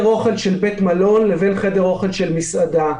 אוכל של בית מלון לבין חדר אוכל של מסעדה.